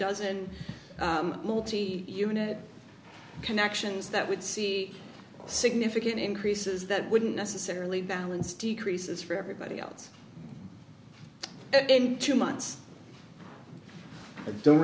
dozen multi unit connections that would see significant increases that wouldn't necessarily balance decreases for everybody else in two months but don't